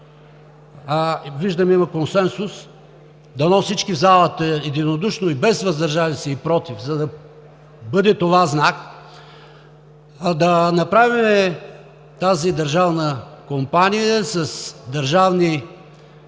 виждам, че има консенсус. Дано всички в залата единодушно, без въздържали се и против, за да бъде това знак, да направим тази държавна компания с държавни